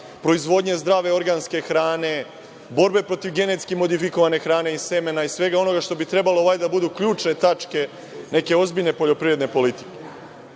proizvodnje zdrave organske hrane, borbe protiv genetski modifikovane hrane, semena i svega onoga što bi trebalo valjda da budu ključne tačke neke ozbiljne poljoprivredne politike. Dakle,